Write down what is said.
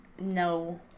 no